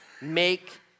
make